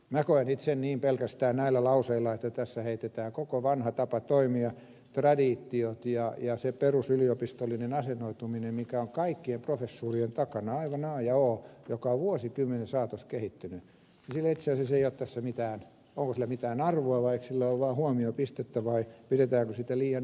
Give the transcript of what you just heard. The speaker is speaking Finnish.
minä koen itse niin pelkästään näillä lauseilla että tässä heitetään menemään koko vanha tapa toimia traditiot ja se perusyliopistollinen asennoituminen mikä on kaikkien professuurien takana aivan a ja o joka on vuosikymmenien saatossa kehittynyt sillä itse asiassa ei ole tässä mitään arvoa vai eikö sille ole vaan huomiopistettä vai pidetäänkö sitä liian itsestäänselvänä